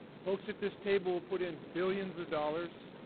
folks at this table will put in billions of dollars.